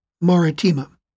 Maritima